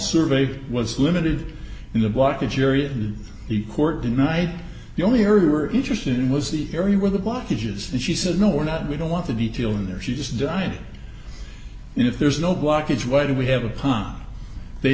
survey was limited in the blockage area in the court denied the only early were interested in was the area where the blockages and she said no we're not we don't want the detail in there she just diety if there is no blockage why do we have a